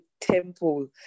temple